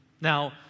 Now